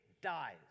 dies